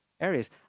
areas